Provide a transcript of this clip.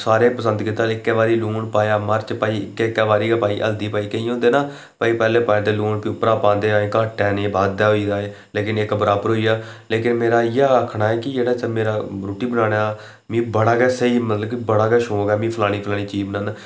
सारें पसंद कीता सारें लून पाया मर्च पाई हल्दी पाई इक इक बारी गै पाई केईं होंदे ना पैह्लें पांदे लून भी उप्परा पांदे कि घट्ट ऐ बद्ध होई दा ऐ लेकिन मेरा आखना ऐ कि जेह्ड़ा मेरा रुट्टी बनाने दा मी बड़ा गै स्हेई बड़ा गै शौक ऐ फलानी चीज बनाने दा